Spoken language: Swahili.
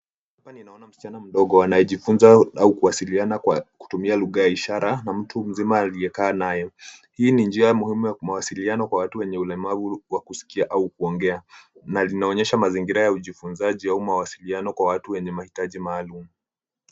Msichana mdogo anayejifunza au kuwasiliana kwa kutumia lugha ya ishara na mtu mzima aliyekaa naye, hii ni njia muhimu ya mawasiliano kwa watu enye ulemavu wa kuskia au kuongea na linaonyesha mazingira ya ujifunzaji au mawasiliano kwa watu wenye mahitaji maalum.